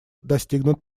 достигнут